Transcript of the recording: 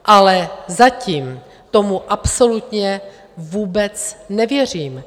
Ale zatím tomu absolutně vůbec nevěřím.